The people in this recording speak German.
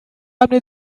abend